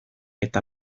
eta